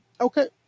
Okay